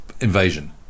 invasion